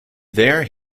there